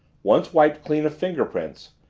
once wiped clean of fingerprints,